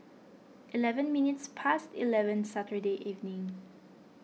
eleven minutes past eleven Saturday evening